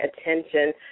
attention